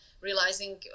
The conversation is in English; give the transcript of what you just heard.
realizing